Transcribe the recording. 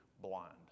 blind